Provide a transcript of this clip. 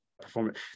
performance